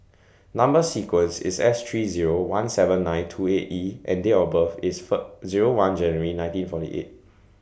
Number sequence IS S three Zero one seven nine two eight E and Date of birth IS For Zero one January nineteen forty eight